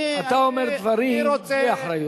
אתה אומר דברים בלי אחריות.